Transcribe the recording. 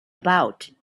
about